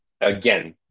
again